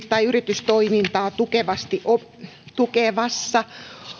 tai yritystoimintaa tukevissa